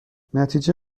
نتیجه